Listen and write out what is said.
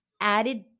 added